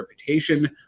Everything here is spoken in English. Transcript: reputation